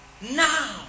Now